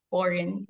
Foreign